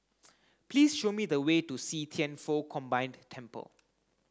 please show me the way to see Thian Foh Combined Temple